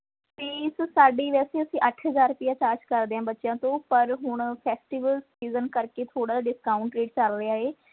fees ਸਾਡੀ ਵੈਸੇ ਅਸੀਂ ਅੱਠ ਹਜ਼ਾਰ ਰੁਪਈਆ ਚਾਰਜ਼ ਕਰਦੇ ਹਾਂ ਬੱਚਿਆਂ ਤੋਂ ਪਰ ਹੁਣ ਫੈਸਟੀਵਲ ਸੀਜ਼ਨ ਕਰਕੇ ਥੋੜ੍ਹਾ ਜਿਹਾ ਡਿਸਕਾਊਂਟ ਵੀ ਚੱਲ ਰਿਹਾ ਹੈ